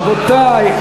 רבותי,